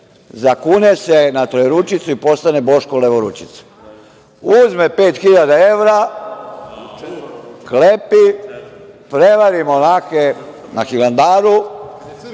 zakune se na „Trojeručicu“ i postane Boško levoručica. Uzme 5.000 evra, klepi, prevari monahe na Hilandaru